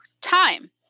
time